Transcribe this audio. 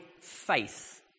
faith